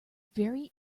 very